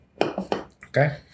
Okay